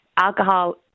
Alcohol